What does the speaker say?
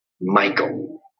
Michael